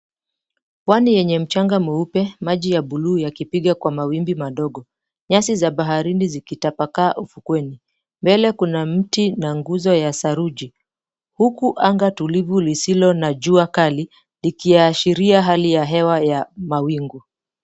Pwani yenye mchanga meupe, maji ya blue yakipiga kwa mawimbi madogo. Nyasi za baharini zikitapakaa ufukweni. Mbele kuna mti na nguzo ya saruji. Huku anga tulivu lisilo na jua kali likiashiria hali ya hewa ya mawingu.